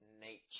nature